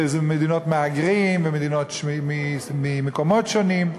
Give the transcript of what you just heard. ואלו מדינות מהגרים ממקומות שונים,